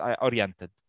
oriented